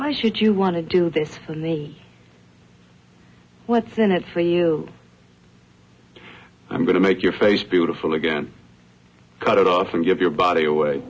why should you want to do this when the what's in it for you i'm going to make your face beautiful again cut it off and give your body away